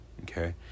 okay